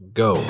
go